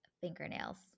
fingernails